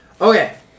Okay